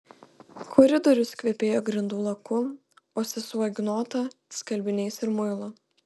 koridorius kvepėjo grindų laku o sesuo ignota skalbiniais ir muilu